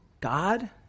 God